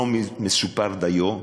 לא מסופר דיו,